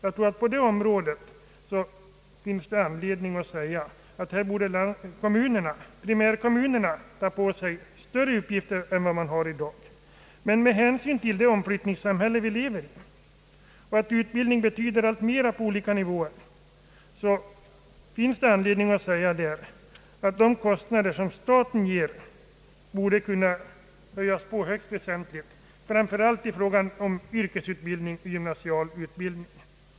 Härvidlag borde primärkommunerna ta på sig större uppgifter än de för närvarande har. Med hänsyn till det omflyttningssamhälle som vi lever i och med hänsyn till utbildningens allt större betydelse på olika nivåer finns det anledning att säga, att de kostnader som här uppstår borde kunna bestridas i väsentligt högre grad av staten, framför allt när det gäller yrkesutbildning och gymnasial utbildning.